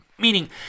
meaning